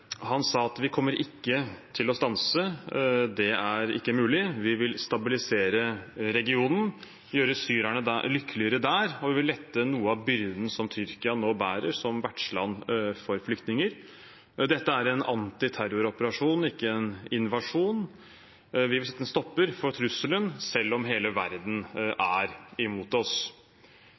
Han sa: «Vi kommer ikke til å stanse, det er ikke mulig. Vi vil stabilisere regionen, vi vil gjøre syrerne lykkeligere der og vi vil lette noe av byrden som Tyrkia nå bærer, som vertsland for fire millioner flyktninger. Dette er en antiterroroperasjon, ikke en invasjon.» Og videre: «Vi vil sette en stopper for denne trusselen selv om hele verden er imot oss.»